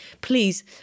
Please